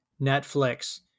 Netflix